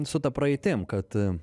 su ta praeitim kad